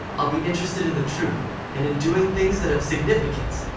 i'll be interested in the truth and in doing things that have significance,